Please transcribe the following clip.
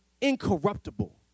incorruptible